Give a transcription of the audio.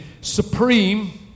supreme